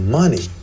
money